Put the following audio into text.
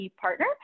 partner